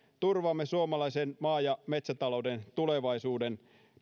turvaamme suomalaisen maa ja metsätalouden tulevaisuuden